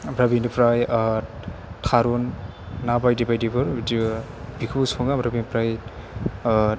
ओमफ्राय बेनिफ्राय थारुन ना बायदि बायदिबो बिदि बेखौबो सङो ओमफ्राय बेनिफ्राइ